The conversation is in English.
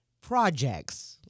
projects